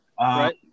Right